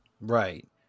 Right